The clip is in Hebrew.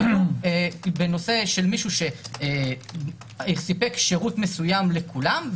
היו בנושא של מישהו שסיפק שירות מסוים לכולם,